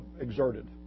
exerted